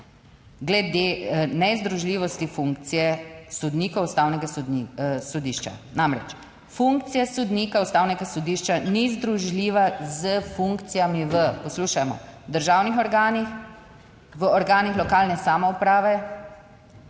glede nezdružljivosti funkcije sodnikov ustavnega sodišča. Namreč, funkcija sodnika Ustavnega sodišča ni združljiva s funkcijami v, poslušajmo, državnih organih, v organih lokalne samouprave,